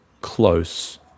close